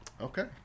okay